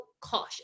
caution